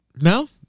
No